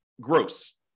gross